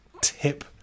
tip